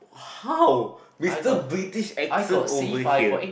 how Mister British accent over here